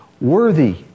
worthy